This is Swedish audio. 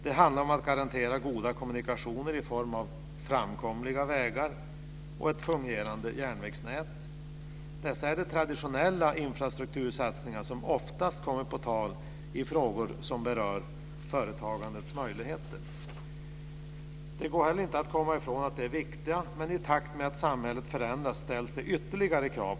Det handlar om att garantera goda kommunikationsmöjligheter i form av framkomliga vägar och ett fungerande järnvägsnät. Det är de traditionella infrastruktursatsningar som oftast kommer på tal i frågor som berör företagandets möjligheter. Det går inte att komma ifrån att dessa är viktiga, men i takt med att samhället förändras ställs det också ytterligare krav.